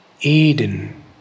Eden